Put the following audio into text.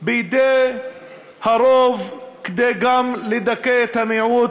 בידי הרוב כדי גם לדכא את המיעוט,